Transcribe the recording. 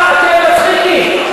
כמה אתם מצחיקים.